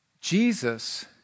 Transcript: Jesus